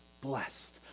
blessed